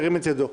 שירים את ידו.